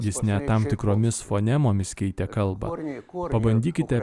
jis ne tam tikromis fonemomis keitė kalbą kuo pabandykite